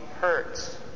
hurts